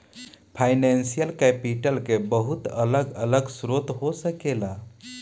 financial capital के बहुत अलग अलग स्रोत हो सकेला